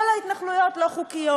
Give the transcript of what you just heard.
כל ההתנחלויות לא-חוקיות.